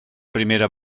primera